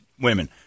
women